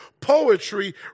poetry